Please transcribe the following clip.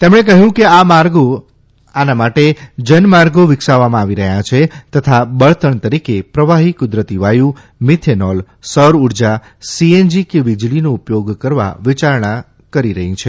તેમણે કહ્વું કે આ માટે જનમાર્ગો વિકસાવવામાં આવી રહ્યા છે તથા બળતણ તરીકે પ્રવાહી કુદરતી વાયુ મિથેનોલ સૌરઉર્જા સીએનજી કે વીજળીનો ઉપયોગ કરવા વિયારણા કરી રહી છે